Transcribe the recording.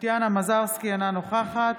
טטיאנה מזרסקי, אינה נוכחת